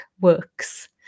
works